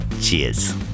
cheers